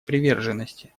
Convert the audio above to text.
приверженности